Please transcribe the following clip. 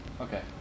Okay